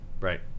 right